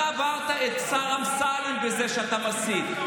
אתה עברת את השר אמסלם בזה שאתה מסית.